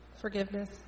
Forgiveness